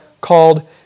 called